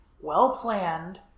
well-planned